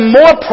more